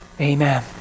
Amen